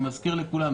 אני מזכיר לכולם,